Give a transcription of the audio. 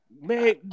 Man